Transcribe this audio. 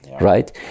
Right